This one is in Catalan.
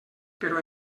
però